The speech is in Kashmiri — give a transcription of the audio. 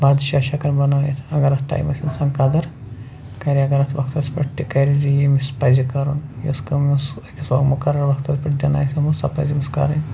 بادشاہ چھِ ہٮ۪کان بنٲیِتھ اگر اتھ ٹایِمس اِنسان قدٕر کَرِ اگر اتھ وقتس پٮ۪ٹھ تہِ کَرِ زِ ییٚمِس پزِ کَرُن یُس مقرر وقتس پٮ۪ٹھ دِنہٕ آسہِ آمٕژ سُہ پزِ أمِس کَرٕنۍ